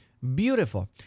Beautiful